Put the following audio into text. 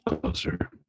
Closer